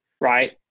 right